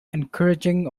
encouraging